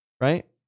right